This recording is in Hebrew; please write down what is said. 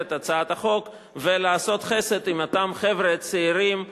את הצעת החוק ולעשות חסד עם אותם חבר'ה צעירים נלהבים,